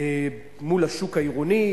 מול השוק העירוני.